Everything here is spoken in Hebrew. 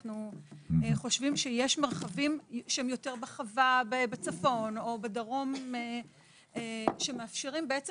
אנחנו חושבים שיש מרחבים שהם יותר בחווה בצפון או בדרום שמאפשרים בעצם